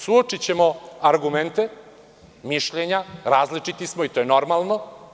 Suočićemo argumente, mišljenja, različiti smo i to je normalno.